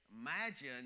imagine